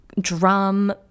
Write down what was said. drum